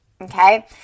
okay